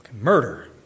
murder